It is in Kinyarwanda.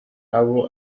abo